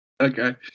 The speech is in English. Okay